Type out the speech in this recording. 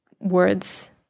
words